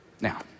Now